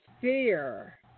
fear